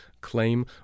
Claim